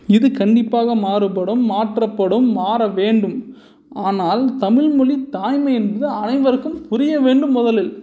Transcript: இது கண்டிப்பாக மாறுபடும் மாற்றப்படும் மாற வேண்டும் ஆனால் தமிழ்மொழி தாய்மை என்பது அனைவருக்கும் புரிய வேண்டும் முதலில்